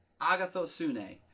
Agathosune